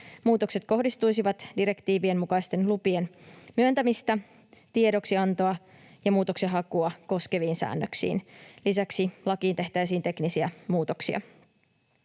Muutokset kohdistuisivat direktiivien mukaisten lupien myöntämistä, tiedoksiantoa ja muutoksenhakua koskeviin säännöksiin. Lisäksi lakiin tehtäisiin teknisiä muutoksia.